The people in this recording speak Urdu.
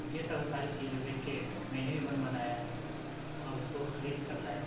یہ سب ساری چیزیں دیکھ کر میں نے بھی من بنایا اور اس کو خرید کر لایا